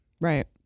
Right